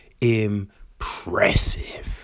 impressive